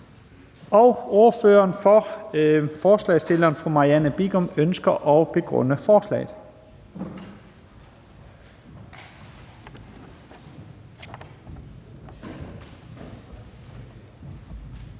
Ordføreren for forslagsstillerne, fru Marianne Bigum, ønsker at begrunde forslaget.